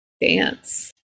dance